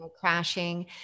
crashing